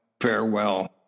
farewell